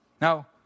Now